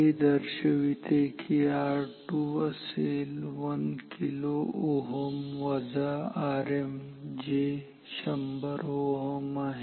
हे दर्शविते कि R2 असेल 1 kΩ वजा Rm जे 100 Ω आहे